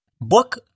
Book